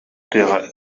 тыаҕа